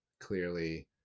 clearly